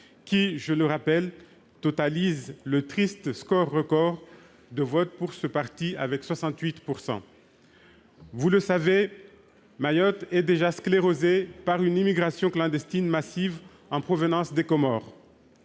qui, je le rappelle, totalise le triste score record de vote pour ce parti, avec 68 % des suffrages. Vous le savez, Mayotte est déjà sclérosée par une immigration clandestine massive en provenance des Comores.